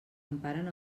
emparen